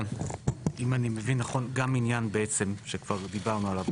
אם אני מבין נכון גם עניין בעצם שכבר דיברנו עליו,